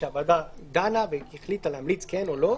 שהוועדה דנה והחליטה להמליץ, כן או לא,